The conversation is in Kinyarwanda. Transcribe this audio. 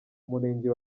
umurenge